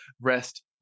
rest